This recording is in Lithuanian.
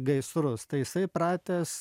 gaisrus tai jisai pratęs